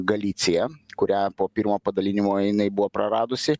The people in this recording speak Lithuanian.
galiciją kurią po pirmo padalinimo jinai buvo praradusi